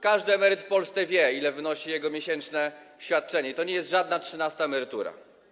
Każdy emeryt w Polsce wie, ile wynosi jego miesięczne świadczenie, i to nie jest żadna trzynasta emerytura.